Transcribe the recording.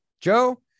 joe